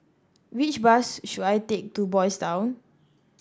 which bus should I take to Boys' Town